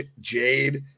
Jade